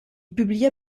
publia